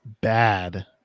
bad